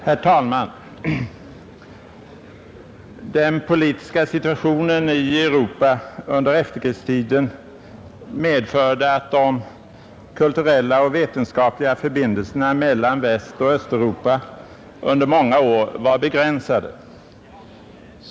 Herr talman! Den politiska situationen i Europa under efterkrigstiden medförde att de kulturella och vetenskapliga förbindelserna mellan Västoch Östeuropa under många år var begränsade.